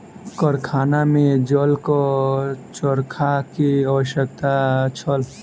कारखाना में जलक चरखा के आवश्यकता छल